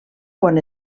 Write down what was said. quan